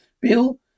Bill